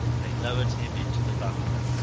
they lowered him into the bunker.